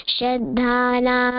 Shadhana